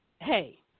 hey